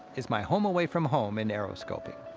is my home-away-from-home in aeroskobing.